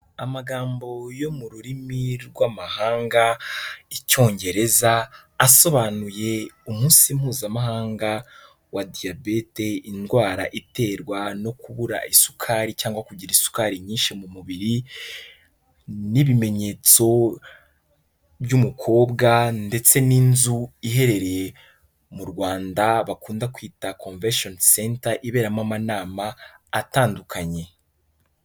Amagambo yo mu rurimi rw'amahanga rw'Icyongereza asobanuye umunsi mpuzamahanga wa Diabete, indwara iterwa no kubura isukari cyangwa kugira isukari nyinshi mu mubiri n'ibimenyetso by'umukobwa ndetse n'inzu iherereye mu Rwanda bakunda kwita "Convention center" iberamo amanama atandukanye.